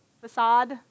facade